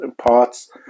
parts